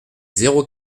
zéro